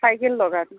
cycle দোকান